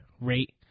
rate